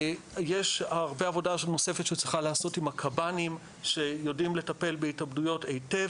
יש הרבה נוספת שצריכה להיעשות עם הקב"נים שיודעים לטפל בהתאבדויות היטב,